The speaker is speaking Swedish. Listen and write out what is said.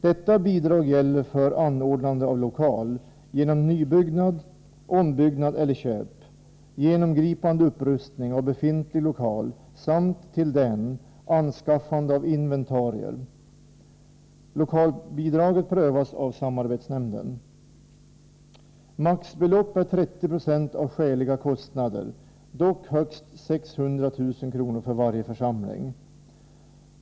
Detta bidrag gäller för anordnande av lokal genom nybyggnad, ombyggnad eller köp, genomgripande upprustning av befintlig lokal samt anskaffande av inventarier i samband med anordnande av lokal. Lokalbidraget prövas av samarbetsnämnden. Det maximala beloppet är 30 20 av skäliga kostnader, dock högst 600 000 kr. för varje församling.